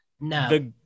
No